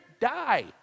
die